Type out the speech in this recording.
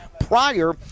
prior